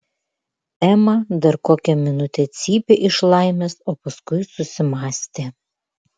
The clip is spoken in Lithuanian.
ema dar kokią minutę cypė iš laimės o paskui susimąstė